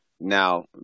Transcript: now